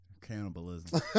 Cannibalism